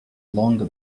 longer